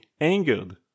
angered